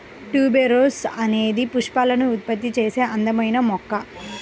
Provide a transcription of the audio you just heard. tuberose అనేది పుష్పాలను ఉత్పత్తి చేసే అందమైన మొక్క